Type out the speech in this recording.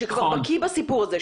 --שכבר בקיא בסיפור הזה,